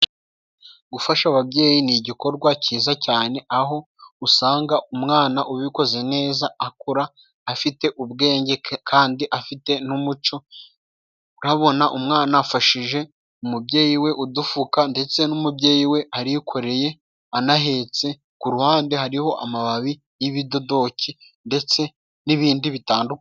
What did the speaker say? Gufasha ababyeyi ni igikorwa cyiza cyane aho usanga umwana ubikoze neza akura afite ubwenge kandi afite n'umuco. Urabona umwana afashije umubyeyi we udufuka ndetse n'umubyeyi we arikoreye anahetse, ku ruhande hariho amababi y'ibidodoki ndetse n'ibindi bitandu...